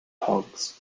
hogs